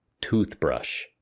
Toothbrush